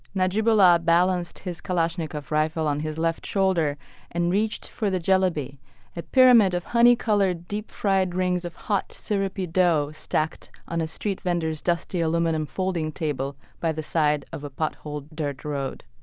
najibullah balanced his kalashnikov rifle on his left shoulder and reached for the jelebi a pyramid of honey-colored, deep-fried rings of hot, syrupy dough stacked on a street vendor's dusty aluminum folding table by the side of a potholed dirt road.